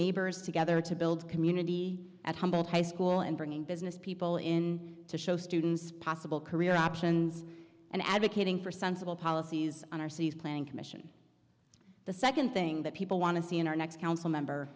neighbors together to build community at humboldt high school and bringing business people in to show students possible career options and advocating for sensible policies on our cities planning commission the second thing that people want to see in our next council member